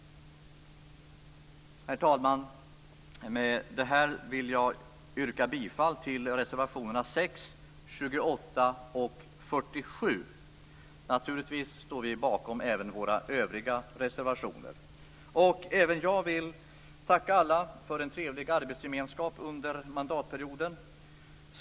Herr talman! Med detta yrkar jag bifall till reservationerna 6, 28 och 47. Naturligtvis står vi bakom även våra övriga reservationer. Även jag vill tacka alla för den trevliga arbetsgemenskapen under mandatperioden.